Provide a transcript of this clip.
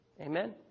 Amen